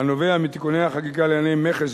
הנובע מתיקוני החקיקה לענייני מכס,